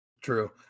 True